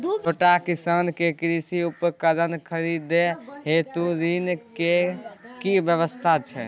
छोट किसान के कृषि उपकरण खरीदय हेतु ऋण के की व्यवस्था छै?